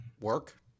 work